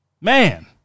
Man